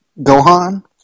Gohan